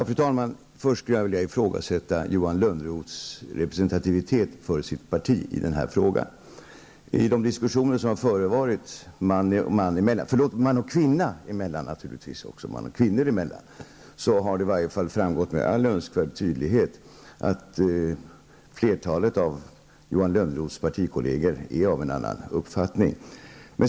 Fru talman! Först skulle jag vilja ifrågasätta Johan Lönnroths representativitet för sitt parti i den här frågan. I de diskussioner som har förevarit man och man emellan -- man och kvinna emellan naturligtvis också -- har det i varje fall framgått med all önskvärd tydlighet att flertalet av Johan Lönnroths partikolleger är av en annan uppfattning än han.